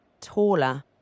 taller